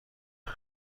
کنم